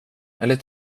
eller